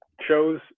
shows